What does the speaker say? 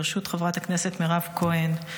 ברשות חברת הכנסת מירב כהן,